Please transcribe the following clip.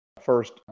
First